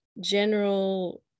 general